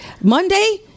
monday